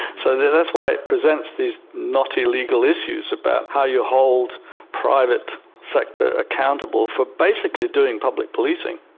so that's why it presents these knotty legal issues about how you hold private sector accountable for basically doing public policing.